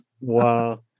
Wow